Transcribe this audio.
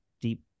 deep